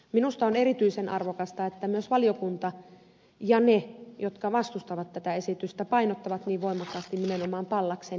minusta on erityisen arvokasta että myös valiokunta ja ne jotka vastustavat tätä esitystä painottavat niin voimakkaasti nimenomaan pallaksen henkeä